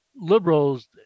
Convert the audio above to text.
liberals